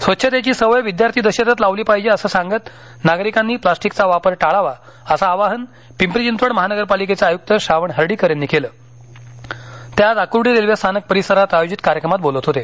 स्वच्छतेची सवय विद्यार्थी दशेतच लावली पाहिजे असं सांगत नागरिकांनी प्लास्टिकचा वापर टाळावा असं आवाहन पिंपरी चिंचवड महानगर पालिकेचे आयुक्त श्रावण हर्डीकर यांनी केले ते आज आकूर्डी रेल्वे स्थानक परिसरात आयोजित कार्यक्रमात बोलत होते